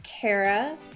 Kara